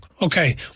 Okay